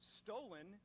stolen